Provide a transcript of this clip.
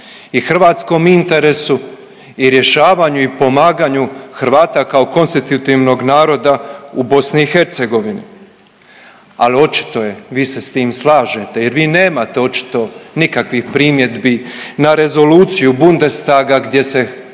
hrvatskom interesu i rješavanju i pomaganju Hrvata kao konstitutivnog naroda u BiH. Ali, očito je. Vi se s tim slažete jer vi nemate očito nikakvih primjedbi na rezoluciju Bundestaga gdje se